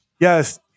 Yes